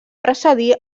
precedir